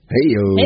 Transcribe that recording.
Hey-yo